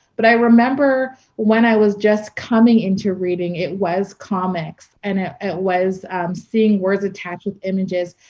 but i remember when i was just coming into reading, it was comics, and it it was seeing words attached with images.